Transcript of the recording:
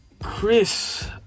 Chris